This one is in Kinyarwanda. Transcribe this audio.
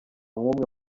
nk’umwe